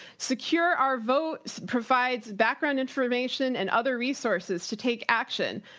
secure our votes provides background information and other resources to take action.